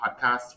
podcast